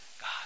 God